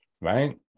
right